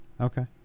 Okay